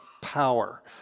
power